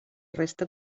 resta